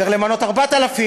צריך למנות 4,000,